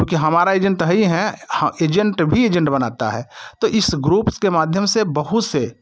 चूँकि हमारा एजेंट तो है हैं हाँ एजेंट भी एजेंट बनाता है तो इस ग्रुप्स के माध्यम से बहुत से